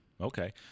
Okay